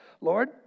Lord